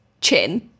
chin